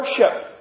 worship